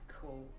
cool